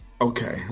Okay